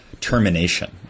termination